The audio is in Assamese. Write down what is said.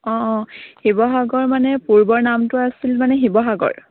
অঁ অঁ শিৱসাগৰ মানে পূৰ্বৰ নামটো আছিল মানে শিৱসাগৰ